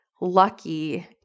lucky